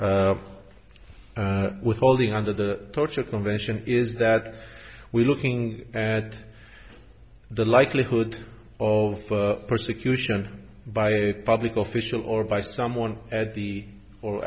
withholding under the torture convention is that we're looking at the likelihood of persecution by a public official or by someone at the or